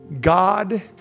God